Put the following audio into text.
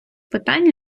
питань